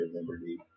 Liberty